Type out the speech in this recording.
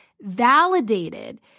validated